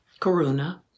karuna